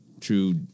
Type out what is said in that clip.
true